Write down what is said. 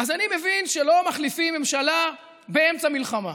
אז אני מבין שלא מחליפים ממשלה באמצע מלחמה.